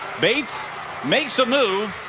bates makes a move.